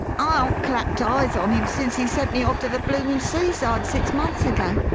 i aren't clapped eyes on him since he sent me off to the bloomin' seaside six months ago.